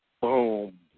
boom